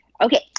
okay